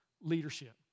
leadership